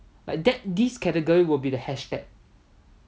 but that this category will be the hashtag